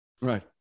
Right